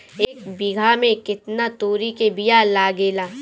एक बिगहा में केतना तोरी के बिया लागेला?